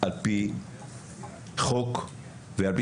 אי אפשר לפתוח דיון של שרת חינוך לשעבר ושל